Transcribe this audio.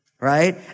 right